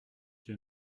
dieu